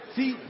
See